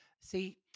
see